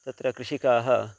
तत्र कृषिकाः